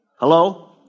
Hello